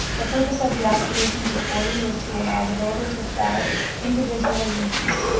the purpose of the application before you is to allow the builder to sell individual units.